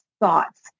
thoughts